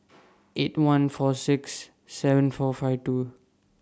eight one four six seven four five two